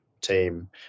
team